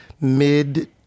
mid